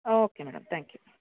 okay madam thank you